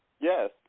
Yes